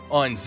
on